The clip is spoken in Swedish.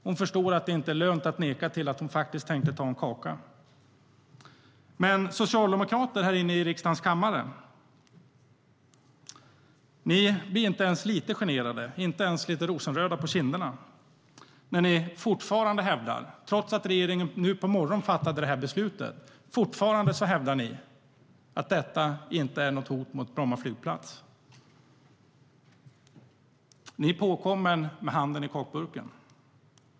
Hon förstår att det inte är lönt att neka till att hon faktiskt tänkte ta en kaka. Men socialdemokrater här inne i riksdagens kammare blir inte det minsta generade, inte ens lite rosenröda på kinderna, när ni fortfarande - trots att regeringen nu på morgonen fattade detta beslut - hävdar att detta inte är något hot mot Bromma flygplats. Ni är påkomna med handen i kakburken.